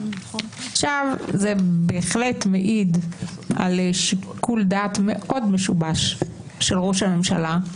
זה בהחלט מעיד על שיקול דעת מאוד משובש של ראש הממשלה,